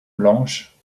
blanches